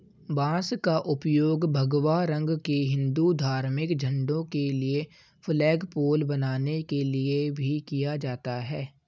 बांस का उपयोग भगवा रंग के हिंदू धार्मिक झंडों के लिए फ्लैगपोल बनाने के लिए भी किया जाता है